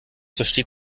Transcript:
versteht